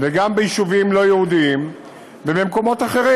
וגם ביישובים לא יהודיים ובמקומות אחרים.